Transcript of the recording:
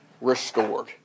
Restored